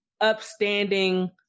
upstanding